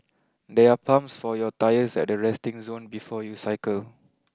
there are pumps for your tyres at the resting zone before you cycle